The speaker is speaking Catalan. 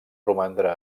romandre